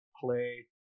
play